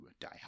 Die